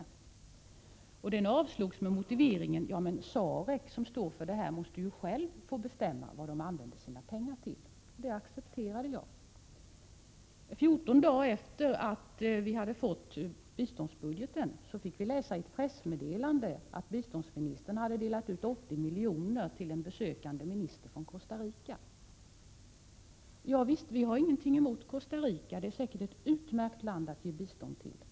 Den motionen avslogs med motiveringen att SAREC, som står för detta, själv måste få bestämma vad SARELC vill använda sina pengar till. Det accepterade jag. Fjorton dagar efter det att vi hade fått biståndsbudgeten fick vi läsa i ett pressmeddelande att biståndsministern hade delat ut 80 milj.kr. till en besökande minister från Costa Rica. Ja visst, vi har ingenting emot Costa Rica — det är säkert ett utmärkt land att ge bistånd till.